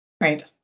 right